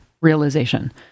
realization